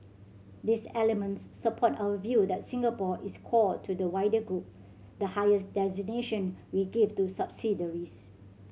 these elements support our view that Singapore is core to the wider group the highest designation we give to subsidiaries